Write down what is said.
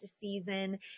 season